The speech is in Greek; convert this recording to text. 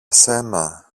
σένα